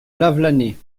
lavelanet